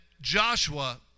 Joshua